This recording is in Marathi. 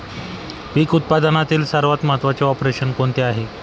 पीक उत्पादनातील सर्वात महत्त्वाचे ऑपरेशन कोणते आहे?